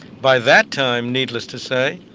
by that time, needless to say,